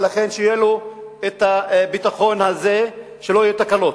שיהיה לו הביטחון הזה שלא יהיו תקלות.